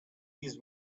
this